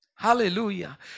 Hallelujah